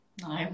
No